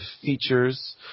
features